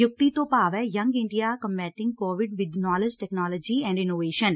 ਯੁਕਤੀ ਤੋਂ ਭਾਵ a young India combating COVID with knowledge technology and innovation